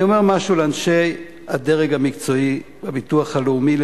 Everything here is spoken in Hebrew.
אני אומר משהו לאנשי הדרג המקצועי בביטוח הלאומי,